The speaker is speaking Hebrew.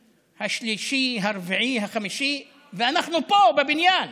השלישי, הרביעי, החמישי, ואנחנו פה בבניין.